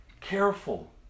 Careful